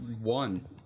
one